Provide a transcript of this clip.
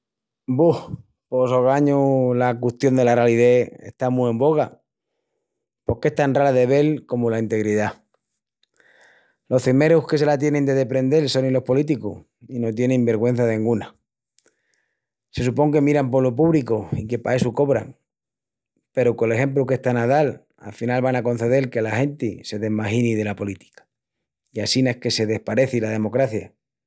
Buh, pos ogañu la custión dela ralidés está mu en boga. Porque es tan rala de vel comu la integridá. Los címerus que se la tienin de deprendel sonin los políticus i no tienin vergüença denguna. Se supon que miran polo púbricu i que pa essu cobran, peru col exempru qu'están a dal a final van a concedel que la genti se desmagini dela política i assina es que se despareci la democracia.